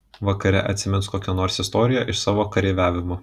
vakare atsimins kokią nors istoriją iš savo kareiviavimo